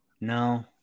No